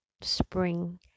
spring